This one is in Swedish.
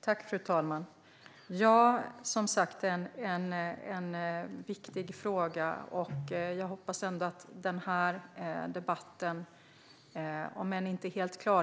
Svar på interpellationer Fru talman! Det är en viktig fråga, och jag hoppas att denna debatt har